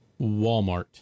Walmart